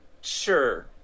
Sure